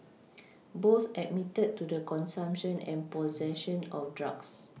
both admitted to the consumption and possession of drugs